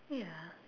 ya